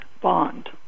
Bond